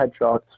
headshots